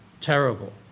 terrible